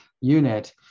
unit